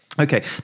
Okay